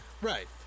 Right